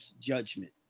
judgment